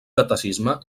catecisme